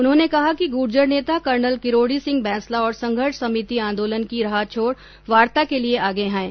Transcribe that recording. उन्होंने कहा कि गुर्जर नेता कर्नल किरोड़ी सिंह बैंसला और संघर्ष समिति आंदोलन की राह छोड़ वार्ता के लिए आगे आएं